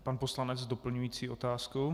Pan poslanec s doplňující otázkou.